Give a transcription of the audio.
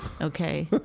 Okay